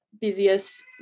busiest